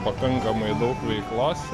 pakankamai daug veiklos